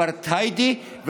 אפרטהיידי,